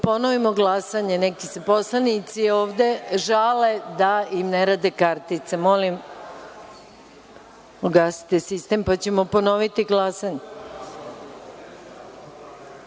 ponovimo glasanje neki se poslanici ovde žale da im ne rade kartice. Ugasite sistem, pa ćemo ponoviti